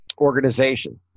organization